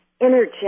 energetic